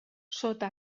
sota